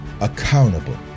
accountable